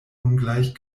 ungleich